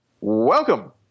Welcome